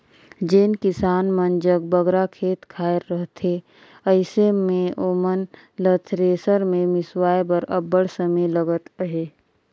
जेन किसान मन जग बगरा खेत खाएर रहथे अइसे मे ओमन ल थेरेसर मे मिसवाए बर अब्बड़ समे लगत अहे